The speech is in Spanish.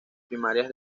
primarias